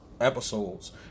episodes